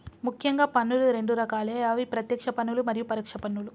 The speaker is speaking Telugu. ముఖ్యంగా పన్నులు రెండు రకాలే అవి ప్రత్యేక్ష పన్నులు మరియు పరోక్ష పన్నులు